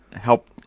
help